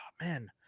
man